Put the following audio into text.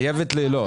לא.